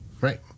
right